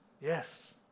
Yes